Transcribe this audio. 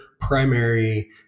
primary